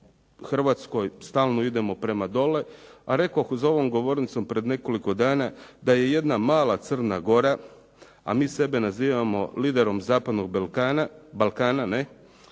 Hrvatskoj stalno idemo prema dole a rekoh za ovom govornicom pred nekoliko dana da je jedna mala Crna Gora a mi sebe nazivamo liderom zapadnog Balkana.